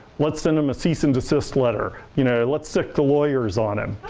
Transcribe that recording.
let's send him a cease and desist letter. you know, let's sic the lawyers on him.